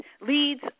leads